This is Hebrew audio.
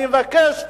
אני מבקש,